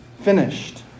finished